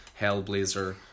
Hellblazer